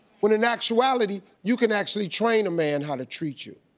when in actuality, you can actually train a man how to treat you.